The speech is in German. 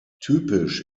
typisch